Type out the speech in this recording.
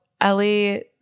Ellie